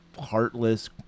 heartless